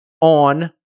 on